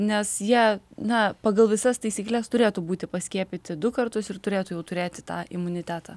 nes jie na pagal visas taisykles turėtų būti paskiepyti du kartus ir turėtų jau turėti tą imunitetą